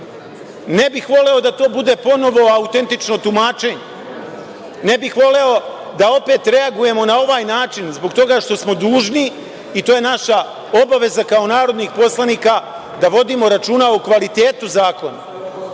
Ne bih voleo da to bude ponovo autentično tumačenje, ne bih voleo da opet reagujemo na ovaj način zbog toga što smo dužni i to je naša obaveza kao narodnih poslanika da vodimo računa o kvalitetu